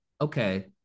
okay